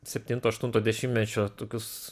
septinto aštunto dešimtmečio tokius